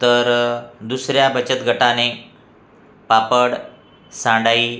तर दुसऱ्या बचत गटाने पापड सांडाई